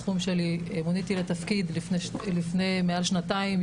מוניתי לתפקיד לפני מעל שנתיים,